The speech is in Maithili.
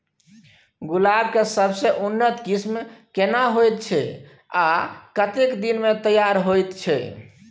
गुलाब के सबसे उन्नत किस्म केना होयत छै आ कतेक दिन में तैयार होयत छै?